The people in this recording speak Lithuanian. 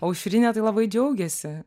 aušrinė tai labai džiaugėsi